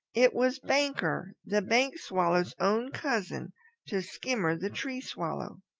it was banker the bank swallow, own cousin to skimmer the tree swallow.